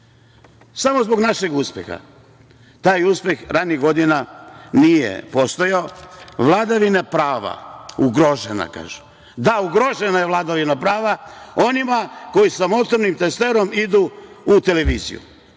samo zbog našeg uspeha. Taj uspeh ranijih godina nije postojao. Vladavina prava je ugrožena, kako kažu. Da, ugrožena je vladavina prava onima koji sa motornom testerom idu u televiziju.